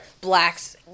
blacks